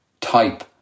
type